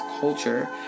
culture